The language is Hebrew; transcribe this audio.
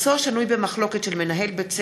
איל בן ראובן, איציק